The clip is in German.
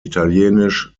italienisch